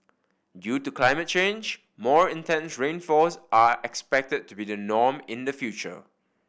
due to climate change more intense rainfalls are expected to be the norm in the future